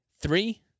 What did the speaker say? Three